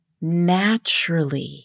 naturally